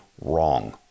wrong